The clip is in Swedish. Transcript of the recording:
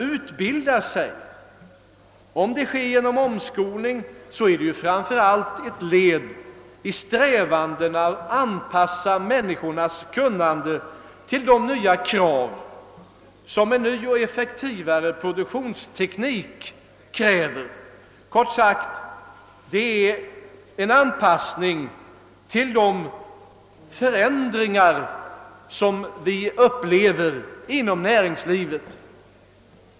Utbildning och omskolning är ju framför allt ett led i strävandena att anpassa människornas kunnande till de nya krav som en ny och effektivare produktionsteknik ställer, kort sagt en anpassning till de förändringar som vi upplever inom näringslivet.